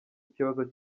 ikibazo